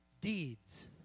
deeds